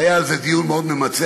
והיה על זה דיון מאוד ממצה,